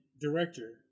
director